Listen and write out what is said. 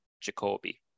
Jacoby